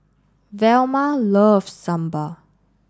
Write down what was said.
Velma loves Sambar